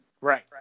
Right